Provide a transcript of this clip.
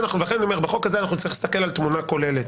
בחוק הזה נצטרך להסתכל על תמונה כוללת